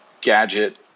gadget